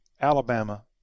Alabama